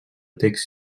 text